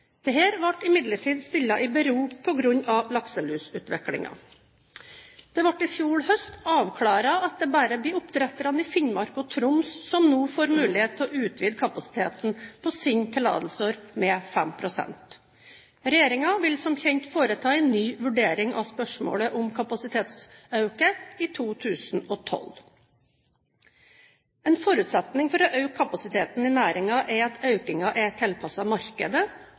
ble imidlertid stilt i bero på grunn av lakselusutviklingen. Det ble i fjor høst avklart at det bare blir oppdretterne i Finnmark og Troms som nå får mulighet til å utvide kapasiteten på sine tillatelser med 5 pst. Regjeringen vil som kjent foreta en ny vurdering av spørsmålet om kapasitetsøkning i 2012. En forutsetning for å øke kapasiteten i næringen er at økningen er tilpasset markedet,